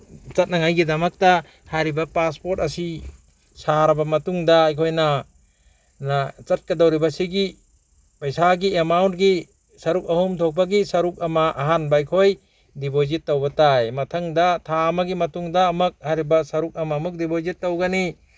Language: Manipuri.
ꯆꯠꯅꯉꯥꯏꯒꯤꯗꯃꯛꯇ ꯍꯥꯏꯔꯤꯕ ꯄꯥꯁꯄꯣꯔꯠ ꯑꯁꯤ ꯁꯥꯔꯕ ꯃꯇꯨꯡꯗ ꯑꯩꯈꯣꯏꯅ ꯆꯠꯀꯗꯧꯔꯤꯕꯁꯤꯒꯤ ꯄꯩꯁꯥꯒꯤ ꯑꯦꯃꯥꯎꯟꯒꯤ ꯁꯔꯨꯛ ꯑꯍꯨꯝ ꯊꯣꯛꯄꯒꯤ ꯁꯔꯨꯛ ꯑꯃ ꯑꯍꯥꯟꯕ ꯑꯩꯈꯣꯏ ꯗꯤꯄꯣꯖꯤꯠ ꯇꯧꯕ ꯇꯥꯏ ꯃꯊꯪꯗ ꯊꯥ ꯑꯃꯒꯤ ꯃꯇꯨꯡꯗ ꯑꯃꯛ ꯍꯥꯏꯔꯤꯕ ꯁꯔꯨꯛ ꯑꯃꯃꯨꯛ ꯗꯤꯄꯣꯖꯤꯠ ꯇꯧꯒꯅꯤ